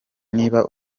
niba